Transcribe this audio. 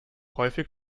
häufig